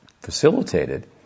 facilitated